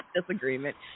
disagreement